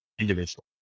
individual